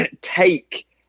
take